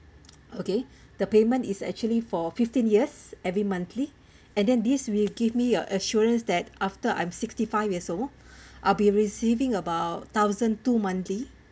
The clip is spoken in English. okay the payment is actually for fifteen years every monthly and then this will give me a assurance that after I'm sixty five years old I'll be receiving about thousand two monthly